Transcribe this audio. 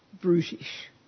brutish